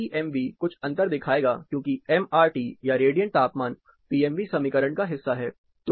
PMV कुछ अंतर दिखाएगा क्योंकि एमआरटी या रेडिएंट तापमान पीएमवी समीकरण का हिस्सा है